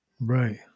Right